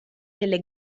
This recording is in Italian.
nelle